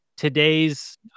today's